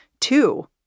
two